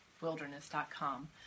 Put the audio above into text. wilderness.com